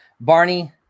Barney